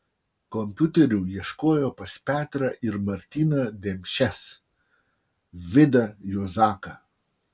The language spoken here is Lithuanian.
kompiuterių ieškojo pas petrą ir martyną demšes vidą juozaką